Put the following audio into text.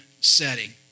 setting